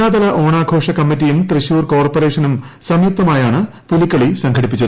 ജില്ലാതല ഓണാഘോഷകമ്മിറ്റിയും തൃശൂർ കോർപ്പറേഷനും സംയുക്തമായാണ് പുലിക്കളി സംഘടിപ്പിച്ചത്